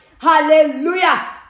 Hallelujah